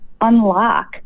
unlock